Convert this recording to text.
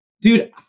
Dude